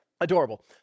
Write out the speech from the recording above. adorable